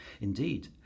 Indeed